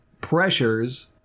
pressures